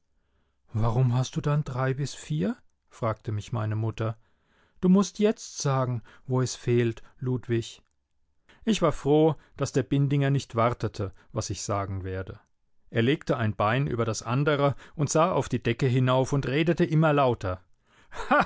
warum hast du dann iii iv fragte mich meine mutter du mußt jetzt sagen wo es fehlt ludwig ich war froh daß der bindinger nicht wartete was ich sagen werde er legte ein bein über das andere und sah auf die decke hinauf und redete immer lauter